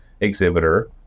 exhibitor